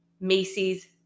Macy's